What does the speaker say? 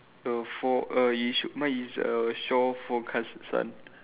the for err is mine is err shore forecast sun